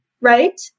right